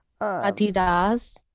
Adidas